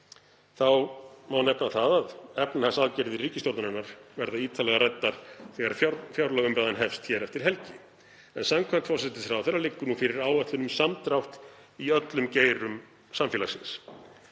má nefna það að efnahagsaðgerðir ríkisstjórnarinnar verða ítarlega ræddar þegar fjárlagaumræðan hefst hér eftir helgi. Samkvæmt forsætisráðherra liggur fyrir áætlun um samdrátt í öllum geirum samfélagsins.